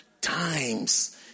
Times